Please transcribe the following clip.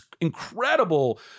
incredible